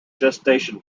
gestation